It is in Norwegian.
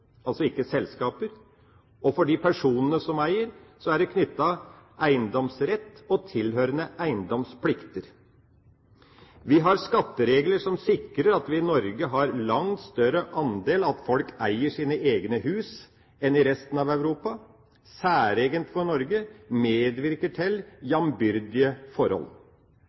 altså ikke selskaper, og for de personene som eier, er det tilknyttet eiendomsrett og tilhørende eiendomsplikter. Vi har skatteregler som sikrer at vi i Norge har en langt større andel av folk som eier sine egne hus enn i resten av Europa. Det er særegent for Norge og medvirker til